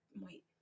wait